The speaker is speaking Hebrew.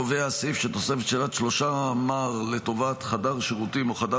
קובע הסעיף שתוספת של עד 3 מ"ר לטובת חדר שירותים או חדר